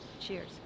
Cheers